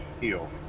heal